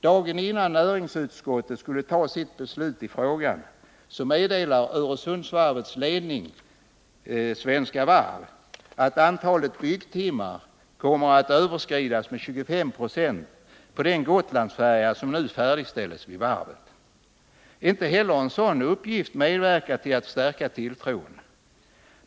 Dagen innan näringsutskottets skulle fatta sitt beslut i frågan meddelar Öresundsvarvets ledning Svenska Varv att antalet byggtimmar kom att överskridas med 25 960 för den Gotlandsfärja som nu färdigställs vid varvet. Inte heller en sådan uppgift medverkar till att stärka tilltron.